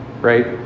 right